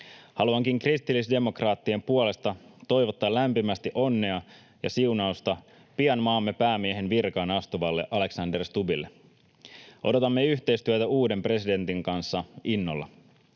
Haluankin kristillisdemokraattien puolesta toivottaa lämpimästi onnea ja siunausta pian maamme päämiehen virkaan astuvalle Alexander Stubbille. Odotamme yhteistyötä uuden presidentin kanssa innolla.